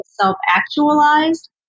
self-actualized